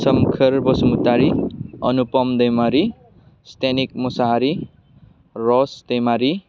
Somkhor Basumatary Anupam Daimary Stenik Mushahary Ras Daimary